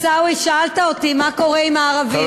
מה קורה עם הערבים.